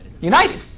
United